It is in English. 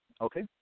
okay